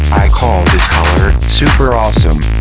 i call this color super-awesome.